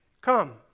Come